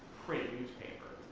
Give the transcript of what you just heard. print newspaper.